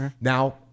Now